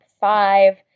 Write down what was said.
five